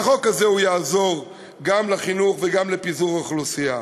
והחוק הזה יעזור גם לחינוך וגם לפיזור אוכלוסייה.